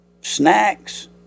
snacks